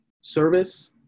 service